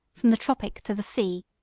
from the tropic to the sea.